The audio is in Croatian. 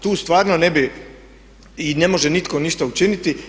Tu stvarno ne bi i ne može nitko ništa učiniti.